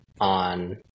on